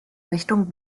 richtung